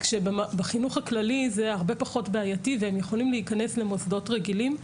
כשבחינוך הכללי זה הרבה פחות בעייתי והם יכולים להיכנס למוסדות רגילים,